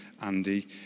Andy